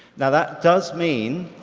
now that does mean,